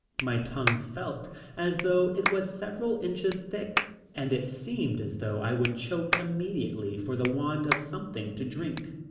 my tongue felt as though it was several inches thick and it seemed as though i would choke immediately for the want of something to drink.